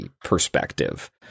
perspective